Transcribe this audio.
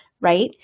right